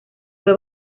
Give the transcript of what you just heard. fue